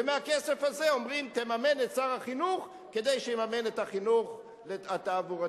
ומהכסף הזה אומרים: תממן את שר החינוך כדי שיממן את החינוך התעבורתי.